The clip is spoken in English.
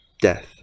death